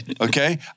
Okay